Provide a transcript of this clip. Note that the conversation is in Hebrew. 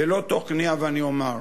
אני אומר: